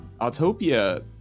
Autopia